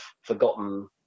forgotten